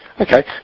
Okay